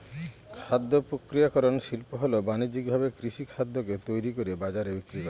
খাদ্য প্রক্রিয়াকরন শিল্প হল বানিজ্যিকভাবে কৃষিখাদ্যকে তৈরি করে বাজারে বিক্রি করা